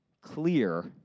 clear